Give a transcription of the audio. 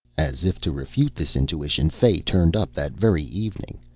as if to refute this intuition, fay turned up that very evening.